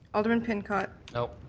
alderman pincott? no.